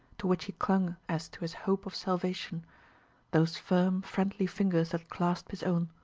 to which he clung as to his hope of salvation those firm, friendly fingers that clasped his own.